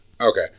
Okay